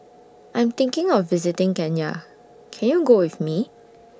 I'm thinking of visiting Kenya Can YOU Go with Me